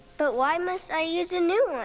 but why must i use a new one?